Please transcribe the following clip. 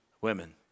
women